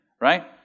Right